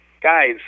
guys